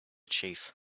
chief